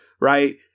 right